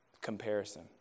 Comparison